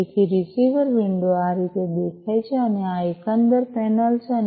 તેથી receiver window આ રીતે દેખાય છે અને આ એકંદર પેનલ છે અને